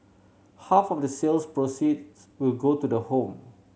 half of the sales proceeds will go to the home